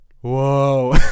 whoa